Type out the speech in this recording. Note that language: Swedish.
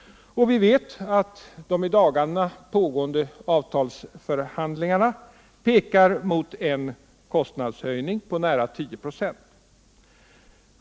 Vi vet alt de i dagarna pågående avtalsförhandlingarna pekar mot en kostnadshöjning på nära 10 ”..